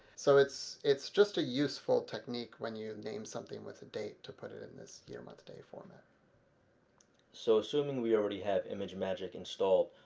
so it's it's just a useful technique when you name something with the date to put it in this year-month-day format. lopes so assuming we already have imagemagick installed,